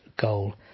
goal